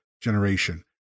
generation